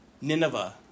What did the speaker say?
Nineveh